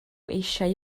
eisiau